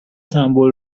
سمبل